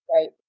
right